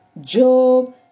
Job